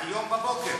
היום בבוקר.